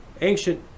Ancient